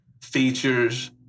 features